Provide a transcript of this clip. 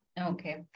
Okay